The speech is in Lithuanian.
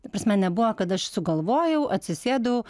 ta prasme nebuvo kad aš sugalvojau atsisėdau